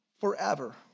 forever